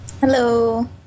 Hello